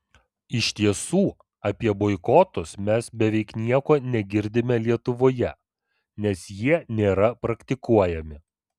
iš tiesų apie boikotus mes beveik nieko negirdime lietuvoje nes jie nėra praktikuojami